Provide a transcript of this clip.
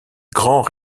grand